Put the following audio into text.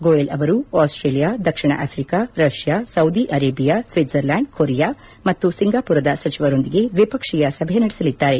ಗೋಯಲ್ ಅವರು ಆಸ್ಟ್ರೇಲಿಯಾ ದಕ್ಷಿಣ Africa Russia Saudi Arabia Switzerland Korea ಮತ್ತು ಸಿಂಗಾಪುರದ ಸಚಿವರೊಂದಿಗೆ ದ್ವಿಪಕ್ಷೀಯ ಸಭೆ ನಡೆಸಲಿದ್ದಾರೆ